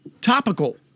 topical